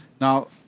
Now